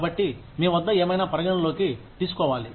కాబట్టి మీ వద్ద ఏమైనా పరిగణనలోకి తీసుకోవాలి